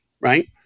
right